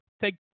take